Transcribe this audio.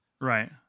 Right